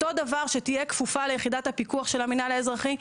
אותו דבר שתהיה כפופה ליחידת הפיקוח של המינהל האזרחי.